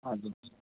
हजुर